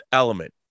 element